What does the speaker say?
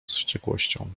wściekłością